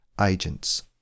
agents